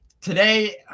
today